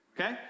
Okay